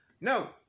No